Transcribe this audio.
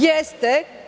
Jeste.